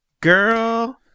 girl